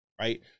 Right